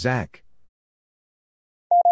Zach